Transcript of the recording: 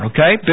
Okay